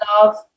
love